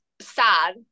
sad